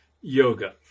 yoga